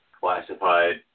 Classified